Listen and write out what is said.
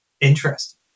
interesting